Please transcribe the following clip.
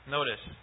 Notice